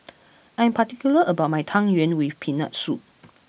I am particular about my Tang Yuen with peanut soup